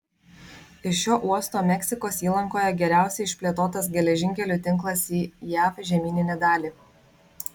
iš šio uosto meksikos įlankoje geriausiai išplėtotas geležinkelių tinklas į jav žemyninę dalį